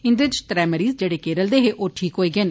इन्दे च त्रै मरीज जेड़े केरल दे हे ओ ठीक होई गए न